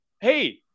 hey